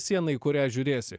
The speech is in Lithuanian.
sieną į kurią žiūrėsi